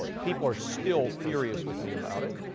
people are still furious with me about it.